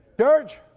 Church